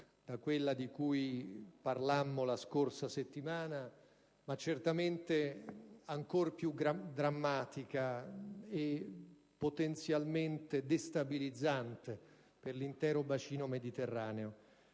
da quella di cui parlammo la scorsa settimana, ma certamente ancor più drammatica e potenzialmente destabilizzante per l'intero bacino mediterraneo.